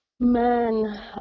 Man